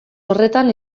horretan